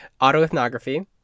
autoethnography